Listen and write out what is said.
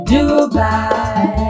Dubai